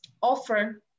offer